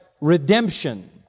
redemption